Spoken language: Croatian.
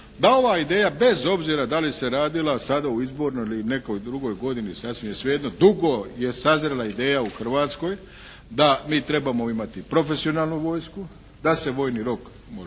da ova ideja bez obzira da li se radilo sada o izbornoj ili o nekoj drugoj godini, sasvim je svejedno. Dugo je sazrela ideja u Hrvatskoj da mi trebamo imati profesionalnu vojsku, da se vojni rok može